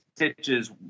stitches